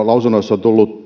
lausunnoissa on tullut